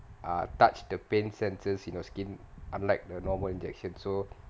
ah touch the pain centers in your skin unlike the normal injection so